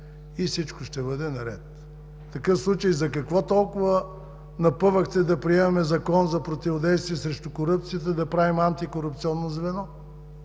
и всичко ще бъде наред. В такъв случай за какво толкова напъвахте да приемаме Закон за противодействие срещу корупцията и да правим антикорупционно звено,